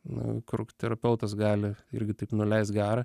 na kur terapeutas gali irgi taip nuleist garą